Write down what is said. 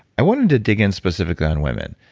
i wanted to dig in specifically on women,